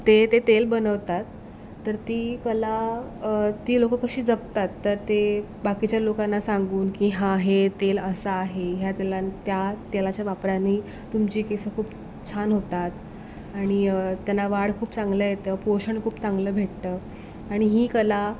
ते ते तेल बनवतात तर ती कला ती लोकं कशी जपतात तं ते बाकीच्या लोकांना सांगून की हं हे तेल असं आहे ह्या तेलां त्या तेलाच्या वापराने तुमचे केस खूप छान होतात आणि त्याला वाढ खूप चांगलं येतं पोषण खूप चांगलं भेटतं आणि ही कला